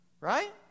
Right